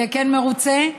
כן יהיה מרוצה,